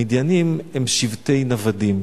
המדיינים הם שבטי נוודים.